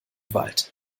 wald